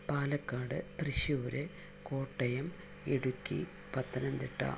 Palakkad Thrissur Kottayam Idukki Pathanamthitta